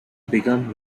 began